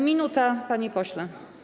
Minuta, panie pośle.